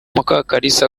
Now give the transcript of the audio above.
mukakalisa